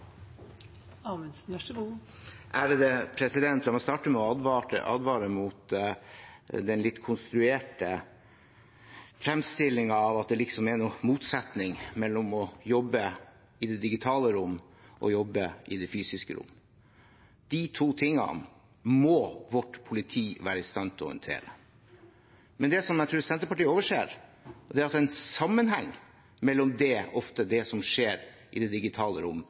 motsetning mellom å jobbe i det digitale rom og å jobbe i det fysiske rom. De to tingene må vårt politi være i stand til å håndtere. Det jeg tror Senterpartiet overser, er at det ofte er en sammenheng mellom det som skjer i det digitale rom, og det som skjer i det fysiske rom.